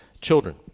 Children